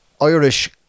Irish